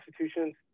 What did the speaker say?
institutions